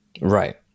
Right